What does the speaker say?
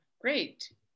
Great